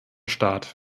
start